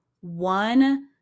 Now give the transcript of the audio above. one